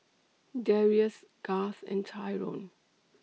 Darrius Garth and Tyrone